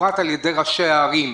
בפרט על ידי ראשי העיריות,